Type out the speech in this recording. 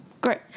Great